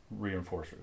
reinforcers